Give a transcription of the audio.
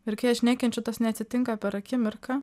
ir kai aš nekenčiu tas neatsitinka per akimirką